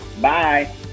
Bye